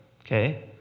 Okay